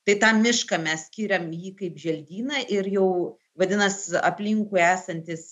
tai tą mišką mes skiriam jį kaip želdyną ir jau vadinas aplinkui esantis